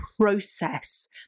process